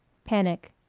panic